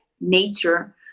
nature